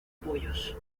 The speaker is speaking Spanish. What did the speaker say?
pollos